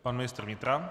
Pan ministr vnitra.